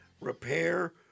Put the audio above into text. repair